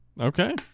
okay